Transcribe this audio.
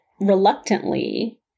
reluctantly